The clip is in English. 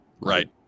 Right